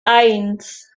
eins